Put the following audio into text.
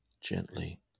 gently